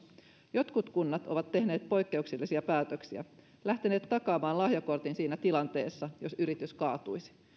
jotkut kunnat ovat tehneet poikkeuksellisia päätöksiä lähteneet takaamaan lahjakortin siinä tilanteessa jos yritys kaatuisi